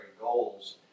Goals